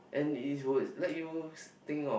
and it would let you think of